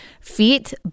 feet